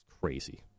Crazy